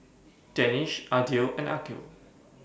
Danish Aidil and Aqil